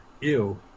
Ew